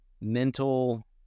mental